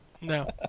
No